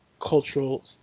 cultural